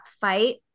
fight